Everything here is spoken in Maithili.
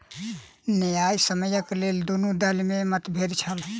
न्यायसम्यक लेल दुनू दल में मतभेद छल